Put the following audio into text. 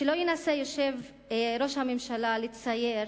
שלא ינסה ראש הממשלה לצייר